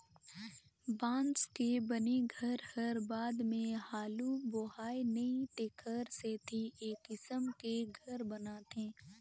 बांस के बने घर हर बाद मे हालू बोहाय नई तेखर सेथी ए किसम के घर बनाथे